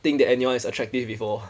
think that anyone is attractive before